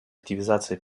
активизация